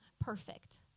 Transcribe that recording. perfect